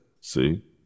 See